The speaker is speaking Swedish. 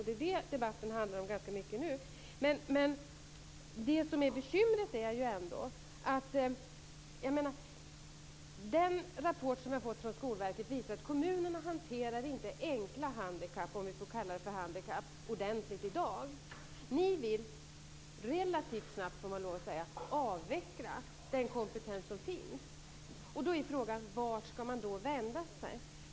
Det är vad debatten nu ganska mycket handlar om. Den rapport som vi fått från Skolverket visar att kommunerna i dag inte hanterar "enkla" handikapp ordentligt, om vi får kalla det för handikapp. Ni vill relativt snabbt, får man lov att säga, avveckla den kompetens som finns. Frågan är då vart man ska vända sig.